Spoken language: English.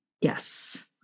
Yes